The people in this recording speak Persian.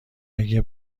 اگه